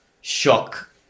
shock